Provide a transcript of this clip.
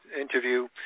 interview